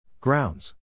Grounds